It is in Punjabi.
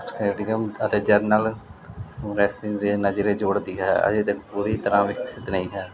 ਅਤੇ ਜਰਨਲ ਗਲੈਸਕੀ ਦੇ ਨਜ਼ਰੇ ਜੋੜਦੀ ਹੈ ਅਜੇ ਤਾਂ ਪੂਰੀ ਤਰ੍ਹਾਂ ਵਿਕਸਿਤ ਨਹੀਂ ਹੈ